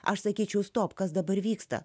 aš sakyčiau stop kas dabar vyksta